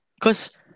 cause